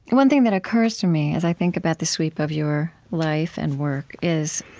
one thing that occurs to me as i think about the sweep of your life and work is